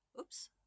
Oops